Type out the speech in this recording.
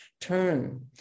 turn